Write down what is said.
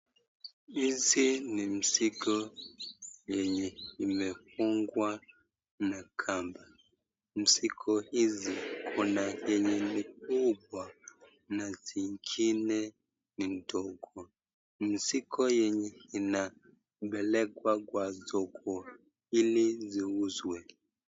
Hizi ni mzigo yenye imefungwa na kamba. Mzigo hizi kuna yenye ni kubwa na zingine ni ndogo. Mzigo yenye inapelekwa kwa soko ili ziuzwe.